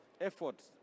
efforts